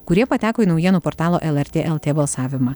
kurie pateko į naujienų portalo lrt lt balsavimą